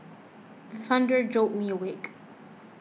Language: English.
the thunder jolt me awake